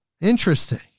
Interesting